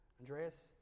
Andreas